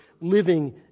living